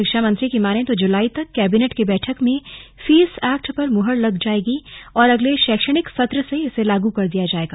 शिक्षा मंत्री की माने तो जुलाई तक कैबिनेट की बैठक में फीस एक्ट पर मुहर लग जायेगी और अगले शैक्षणिक सत्र से इसे लागू कर दिया जाएगा